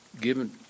Given